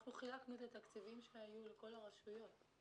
אנחנו חילקנו את התקציבים שהיו לכל הרשויות.